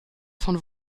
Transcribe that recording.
von